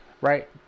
right